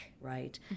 right